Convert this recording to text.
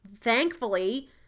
thankfully